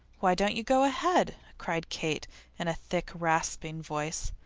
why don't you go ahead? cried kate in a thick, rasping voice.